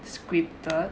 scripted